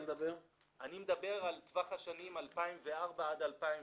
אני מדבר על טווח השנים 2004 2010,